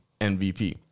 mvp